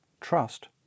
Trust